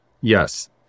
Yes